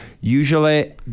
Usually